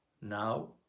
Now